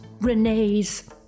Renee's